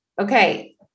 Okay